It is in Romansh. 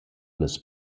las